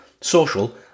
social